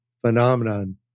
phenomenon